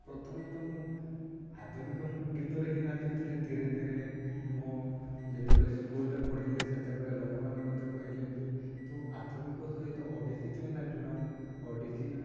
ପ୍ରଥମେ ତ ମୁଁ ଆଧୁନିକ ଗୀତରେ ହିଁ ନାଚୁଥିଲି ଧୀରେ ଧୀରେ ମୋ ଯେତେବେଳେ ସ୍କୁଲ୍ରେ ପଢ଼ିଲି ସେତେବେଳେ ଲୋକମାନେ ମୋତେ କହିଲେ କି ତୁ ଆଧୁନିକ ସହିତ ଓଡ଼ିଶୀ କାଇଁ ନାଚୁନାହୁଁ ଓଡ଼ିଶୀ